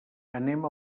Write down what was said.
anem